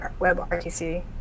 WebRTC